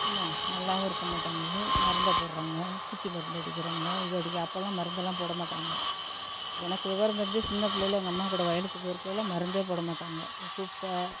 என்ன நல்லாவும் இருக்கமாட்டேங்கிது மருந்தை போடுறாங்க பூச்சி மருந்து அடிக்கிறாங்க இதை அடிக்க அப்போலாம் மருந்தெல்லாம் போடமாட்டாங்க எனக்கு விவரம் தெரிஞ்சி சின்ன பிள்ளையில எங்கள் அம்மாகூட வயலுக்கு போயிருக்கையில் மருந்து போட மாட்டாங்க குப்பை